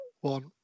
one